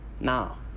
Now